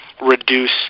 reduce